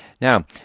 Now